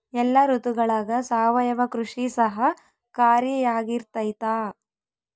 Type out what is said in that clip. ಎಲ್ಲ ಋತುಗಳಗ ಸಾವಯವ ಕೃಷಿ ಸಹಕಾರಿಯಾಗಿರ್ತೈತಾ?